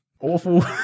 awful